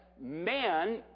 man